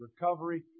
recovery